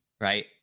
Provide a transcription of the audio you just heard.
right